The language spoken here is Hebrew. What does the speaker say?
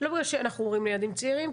לא בגלל שאנחנו הורים לילדים צעירים,